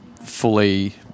fully